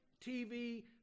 TV